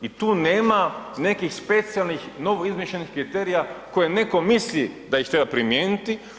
I tu nema nekih specijalnih novo izmišljenih kriterija koje neko misli da ih treba primijeniti.